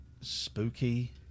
spooky